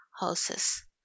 houses